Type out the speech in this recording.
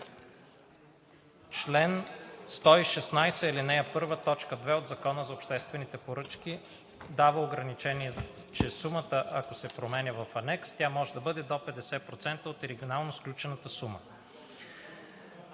ал. 1, т. 2 от Закона за обществените поръчки дава ограничение, че сумата, ако се променя в анекс, тя може да бъде до 50% от оригинално сключената сума.